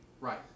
Right